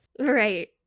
Right